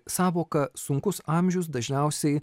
sąvoka sunkus amžius dažniausiai